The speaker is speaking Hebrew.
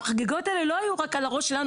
החגיגות האלה לא היו רק על הראש שלנו,